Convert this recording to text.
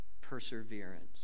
perseverance